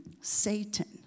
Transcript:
Satan